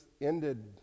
ended